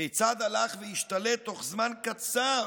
כיצד הלך והשתלט תוך זמן קצר